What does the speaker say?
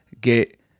get